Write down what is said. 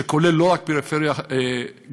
שכולל לא רק פריפריה גיאוגרפית,